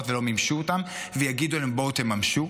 ולא מימשו אותן ויגידו להם: בואו תממשו.